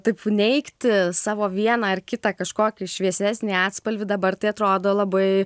taip neigti savo vieną ar kitą kažkokį šviesesnį atspalvį dabar tai atrodo labai